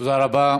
תודה רבה.